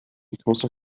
because